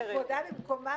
נכון להיום ארבעה.